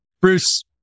Bruce